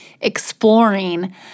exploring